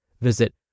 Visit